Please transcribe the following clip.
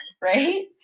right